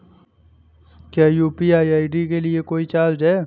क्या UPI ID के लिए कोई चार्ज है?